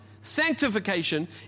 Sanctification